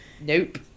Nope